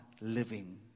living